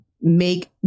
make